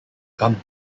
come